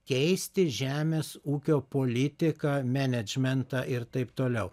keisti žemės ūkio politiką menedžmentą ir taip toliau